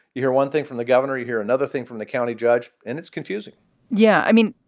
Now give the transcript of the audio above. you hear one thing from the governor, you hear another thing from the county judge. and it's confusing yeah. i mean,